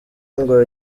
ngo